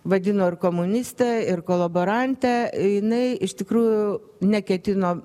vadino ir komuniste ir kolaborante jinai iš tikrųjų neketino